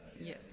Yes